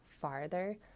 farther